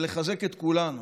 ולחזק את כולנו